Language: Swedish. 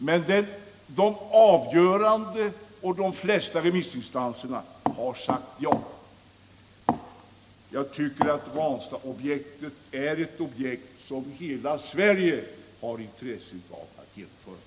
Men de flesta av remissinstanserna har sagt ja. Jag tycker att Ranstad är ett projekt som hela Sverige har intresse av att genomföra.